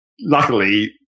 luckily